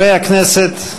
הכנסת,